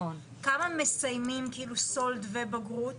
כמה מסיימים סולד ובגרות?